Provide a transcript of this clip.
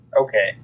Okay